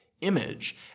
image